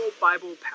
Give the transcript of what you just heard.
Bible